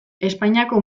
espainiako